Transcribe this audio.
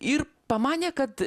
ir pamanė kad